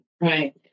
Right